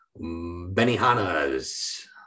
Benihana's